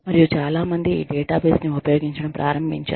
మరియు చాలా మంది ఈ డేటాబేస్ ని ఉపయోగించడం ప్రారంభించారు